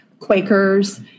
Quakers